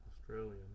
Australian